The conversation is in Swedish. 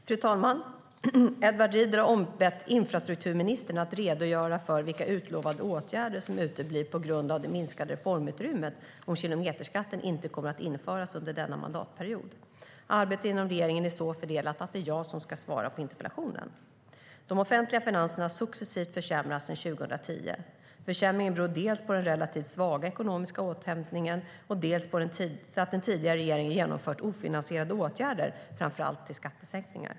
Fru talman! Edward Riedl har ombett infrastrukturministern att redogöra för vilka utlovade åtgärder som uteblir på grund av det minskade reformutrymmet om kilometerskatten inte kommer att införas under denna mandatperiod. Arbetet inom regeringen är så fördelat att det är jag som ska svara på interpellationen. De offentliga finanserna har successivt försämrats sedan 2010. Försämringen beror dels på den relativt svaga ekonomiska återhämtningen och dels på att den tidigare regeringen genomfört ofinansierade åtgärder, framför allt skattesänkningar.